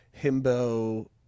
himbo